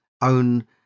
own